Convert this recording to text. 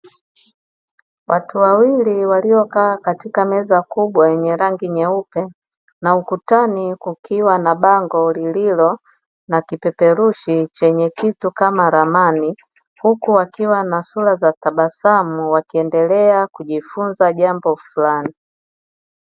Watu wawili waliokaa katika meza kubwa yenye rangi nyeupe na ukutani kukiwa na bango lililo na kipeperushi chenye kitu kama ramani, huku wakiwa na sura za tabasamu wakiendelea kujifunza jambo fulani.